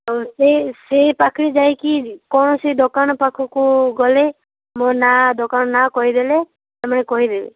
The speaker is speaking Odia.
ଆଉ ସେ ସେଇ ପାଖରେ ଯାଇକି କୌଣସି ଦୋକାନ ପାଖକୁ ଗଲେ ମୋ ନାଁ ଦୋକାନ ନାଁ କହିଦେଲେ ସେମାନେ କହିବେ